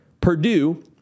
Purdue